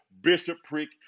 bishopric